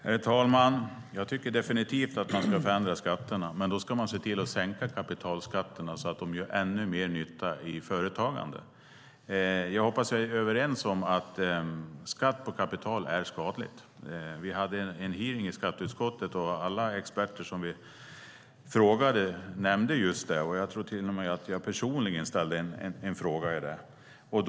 Herr talman! Jag tycker definitivt att man ska förändra skatterna. Men då ska man se till att sänka kapitalskatterna så att de gör ännu mer nytta i företagande. Jag hoppas att vi är överens om att skatt på kapital är skadligt. Vi hade en hearing i skatteutskottet, och alla experter som vi frågade nämnde just det. Jag tror till och med att jag personligen ställde en fråga om detta.